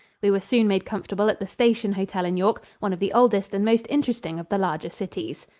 we were soon made comfortable at the station hotel in york, one of the oldest and most interesting of the larger cities.